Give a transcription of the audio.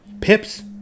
Pips